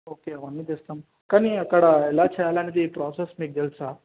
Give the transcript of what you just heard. okay అవన్నీ తెస్తాం కానీ అక్కడ ఎలా చేయాలి అనేది ప్రాసెస్ మీకు తెలుసా